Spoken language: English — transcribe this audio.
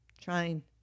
trying